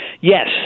Yes